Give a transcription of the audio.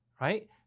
right